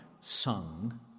sung